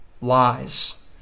lies